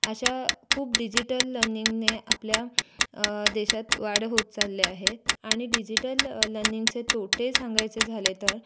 अशा खूप डिजिटल लनिंगने आपल्या देशात वाढ होत चालली आहे आणि डिजिटल लनिंगचे तोटे सांगायचे झाले तर